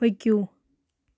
پٔکِو